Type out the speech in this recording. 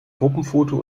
gruppenfoto